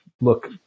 look